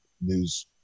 news